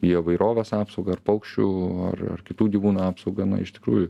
bioįvairovės apsaugą paukščių ar ar kitų gyvūnų apsaugą na iš tikrųjų